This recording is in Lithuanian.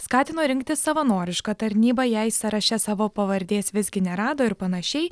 skatino rinktis savanorišką tarnybą jei sąraše savo pavardės visgi nerado ir panašiai